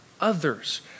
others